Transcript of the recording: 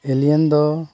ᱮᱞᱤᱭᱟᱱ ᱫᱚ